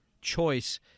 choice